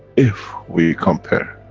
if we compare